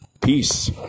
Peace